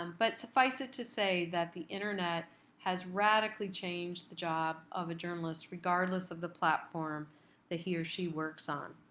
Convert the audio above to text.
um but suffice it to say that the internet has radically changed the job of a journalist, regardless of the platform that he or she works on.